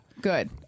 Good